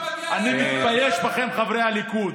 לא מגיע להם, אני מתבייש בכם, חברי הליכוד.